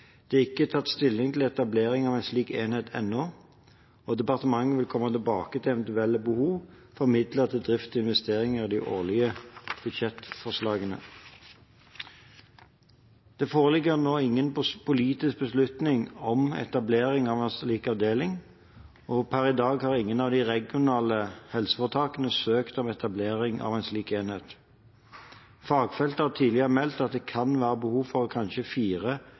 Det er ikke tatt stilling til etablering av en slik enhet ennå, og departementet vil komme tilbake til eventuelle behov for midler til drift og investeringer i de årlige budsjettforslagene.» Det foreligger nå ingen politisk beslutning om etablering av en slik avdeling, og per i dag har ingen av de regionale helseforetakene søkt om etablering av en slik enhet. Fagfeltet har tidligere meldt at det kan være behov for kanskje